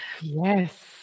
Yes